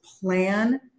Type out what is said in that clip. plan